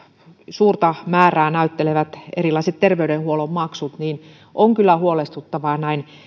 suurta roolia näyttelevät erityisesti erilaiset terveydenhuollon maksut on kyllä huolestuttavaa näin